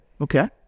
Okay